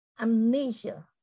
amnesia